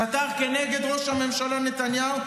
הוא חתר כנגד ראש הממשלה נתניהו,